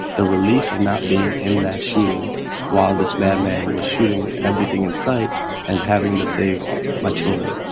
the relief of not being in that shooting while this madman was shooting everything in sight and having to save my children